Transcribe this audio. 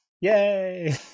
Yay